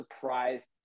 surprised